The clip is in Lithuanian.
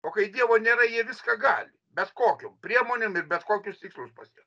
o kai dievo nėra jie viską gali bet kokiom priemonėm ir bet kokius tikslus pasiekt